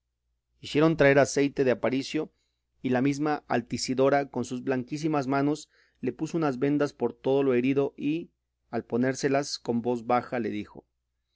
hicieron traer aceite de aparicio y la misma altisidora con sus blanquísimas manos le puso unas vendas por todo lo herido y al ponérselas con voz baja le dijo